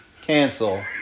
cancel